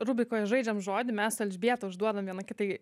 rubrikoje žaidžiam žodį mes su elžbieta užduodam viena kitai